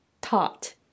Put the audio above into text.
taught